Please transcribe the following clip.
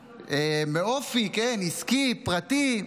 מאופי, עסקי, פרטי.